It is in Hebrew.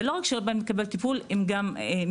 ולא רק שאינם באים לקבל טיפול, הם גם מסתבכים.